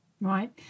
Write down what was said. right